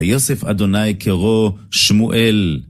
יווסף אדוני, קראו, שמואל.